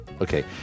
Okay